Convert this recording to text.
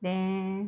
then